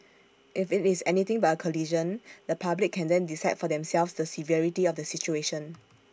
if IT is anything but A collision the public can then decide for themselves the severity of the situation